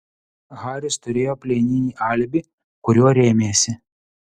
haris turėjo plieninį alibi kuriuo rėmėsi